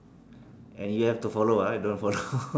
and you have to follow ah you don't follow